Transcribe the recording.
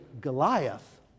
Goliath